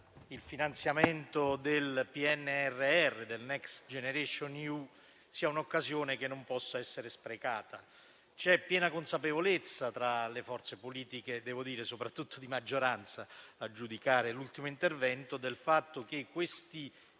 dal finanziamento del PNRR e del Next generation EU non possa essere sprecata. C'è piena consapevolezza tra le forze politiche, soprattutto di maggioranza a giudicare dall'ultimo intervento, del fatto che questi